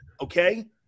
okay